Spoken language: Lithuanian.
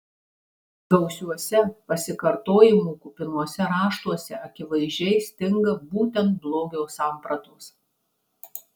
gausiuose pasikartojimų kupinuose raštuose akivaizdžiai stinga būtent blogio sampratos